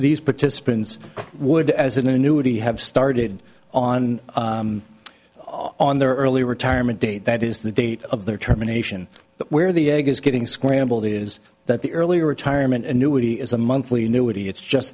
these participants would as an annuity have started on on their early retirement date that is the date of their terminations where the egg is getting scrambled is that the early retirement annuity is a monthly annuity it's just